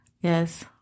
Yes